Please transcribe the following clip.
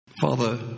Father